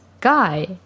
guy